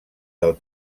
del